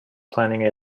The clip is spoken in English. planning